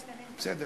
וואי,